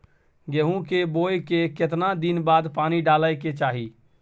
गेहूं के बोय के केतना दिन बाद पानी डालय के चाही?